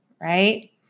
right